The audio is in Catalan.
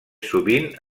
sovint